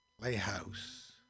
playhouse